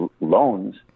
loans